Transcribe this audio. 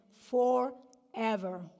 forever